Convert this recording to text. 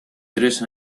tres